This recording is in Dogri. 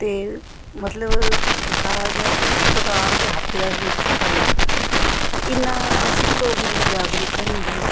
ते मतलब सारा इ'यां मतलब तराड़ गै हा पेदा समझो सफाई दा ते इन्ना अस बी लोक इन्ने जागरूक हैनी हे